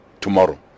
tomorrow